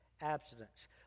abstinence